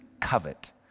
covet